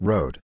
Road